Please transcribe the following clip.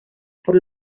por